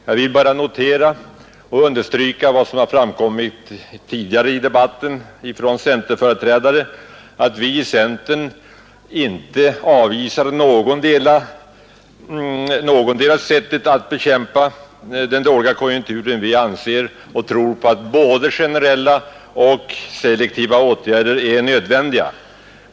Jag vill bara understryka vad som framförts tidigare i debatten att vi inom centerpartiet inte avvisar någotdera sättet att bekämpa den dåliga konjunkturen; vi tror att både generella och selektiva åtgärder är nödvändiga.